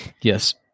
Yes